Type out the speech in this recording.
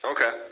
Okay